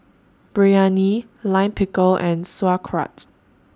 Biryani Lime Pickle and Sauerkraut